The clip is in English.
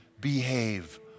behave